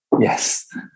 Yes